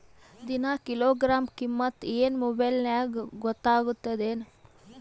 ದಿನಾ ಕಿಲೋಗ್ರಾಂ ಕಿಮ್ಮತ್ ಏನ್ ಮೊಬೈಲ್ ನ್ಯಾಗ ಗೊತ್ತಾಗತ್ತದೇನು?